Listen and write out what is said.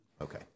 Okay